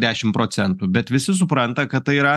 dešim procentų bet visi supranta kad tai yra